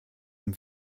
dem